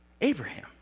Abraham